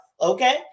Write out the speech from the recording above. okay